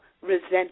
resent